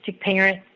parent